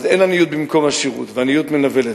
אז אין עניות במקום עשירות, ועניות מנוולת.